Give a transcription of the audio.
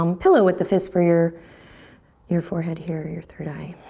um pillow with the fist for your your forehead here, your third eye.